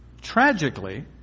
Tragically